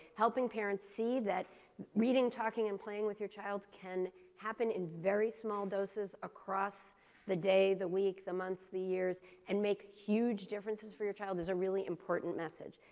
helping parents see that reading, talking and playing with your child can happen in very small doses across the day, the week, the months, the years and make huge differences for your child is a really important message.